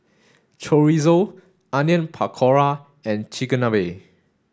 Chorizo Onion Pakora and Chigenabe